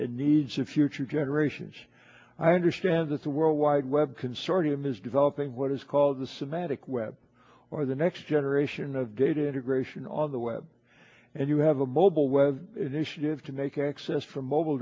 and needs of future generations i understand that the world wide web consortium is developing what is called the semantic web or the next generation of data integration on the web and you have a mobile web initiative to make access for mobile